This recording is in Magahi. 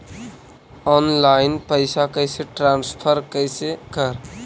ऑनलाइन पैसा कैसे ट्रांसफर कैसे कर?